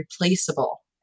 replaceable